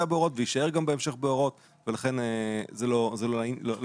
בהוראות ויישאר גם בהמשך בהוראות ולכן זה לא הבעיה.